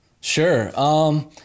Sure